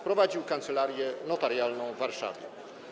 Prowadził kancelarię notarialną w Warszawie.